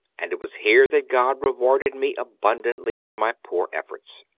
and it was here that god rewarded me abundantly for my poor efforts.